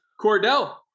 Cordell